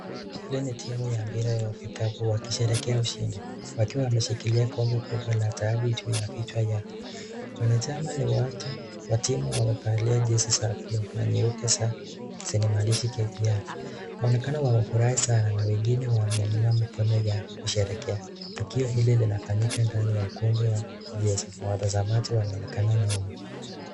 Hii ni timu ya mpira wa kikapu wakisherehekea ...wakiwa wameshikilia kikombe kubwa la dhahabu juu ya vichwa vyao. Wanachama ni watu wa timu wamevalia jezi za blue na nyeupe zenye maandishi KPR. Waonekana wamefurahi sana na wengine wameinua mikono yao kusherehekea tukio hili linafanyika ndani ya ukumbi wa michezo na watazamaji wanaonekana nyuma.